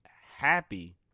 happy